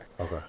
Okay